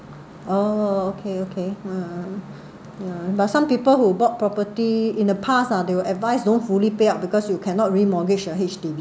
oh okay okay ha but some people who bought property in the past ah they will advise don't fully pay up because you cannot re mortgage your H_D_B